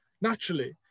naturally